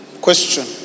Question